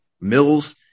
Mills